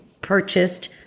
purchased